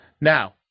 Now